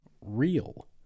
real